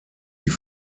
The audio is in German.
die